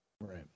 Right